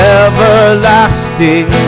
everlasting